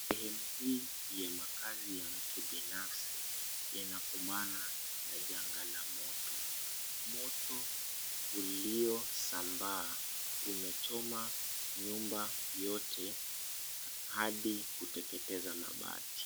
Sehemu hii ya makazi ya mtu binafsi .Yanakumbana na janga la moto. Moto uliosambaa ,umechoma nyumba yote ,hadi kuteketeza mabati.